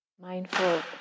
mindful